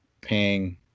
paying